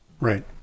Right